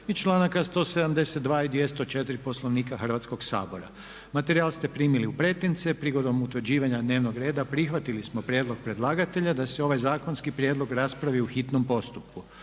i članaka 172. i 204. Poslovnika Hrvatskog sabora. Materijal ste primili u pretince. Prigodom utvrđivanja dnevnog reda prihvatili smo prijedlog predlagatelja da se ovaj zakonski prijedlog raspravi u hitnom postupku.